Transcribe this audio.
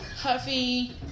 huffy